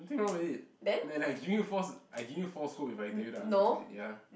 nothing wrong with it and I giving you false I giving you false hope if I tell you the answer to it ya